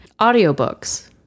Audiobooks